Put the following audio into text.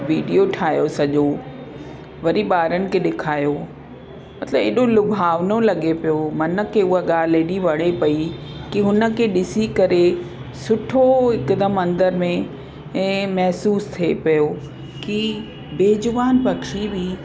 video ठाहियो सॼो वरी ॿारनि खे ॾेखारियो मतिलब एॾो लुभावनो लॻे पियो मन के उहा ॻाल्ह एॾी वणे पयी की हुनखे ॾिसी करे सुठो हिकदमि अंदरि में ऐं महिसूस थिए पियो की बेज़ुबान पखी बि